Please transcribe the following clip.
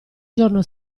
giorno